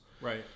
Right